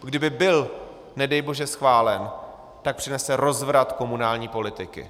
Kdyby byl nedejbože schválen, tak přinese rozvrat komunální politiky.